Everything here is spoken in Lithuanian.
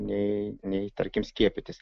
nei nei tarkim skiepytis